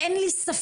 אין לי ספק,